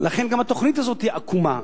לכן גם התוכנית הזאת עקומה.